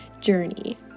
journey